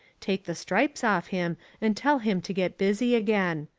take the stripes off him and tell him to get busy again.